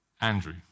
Andrew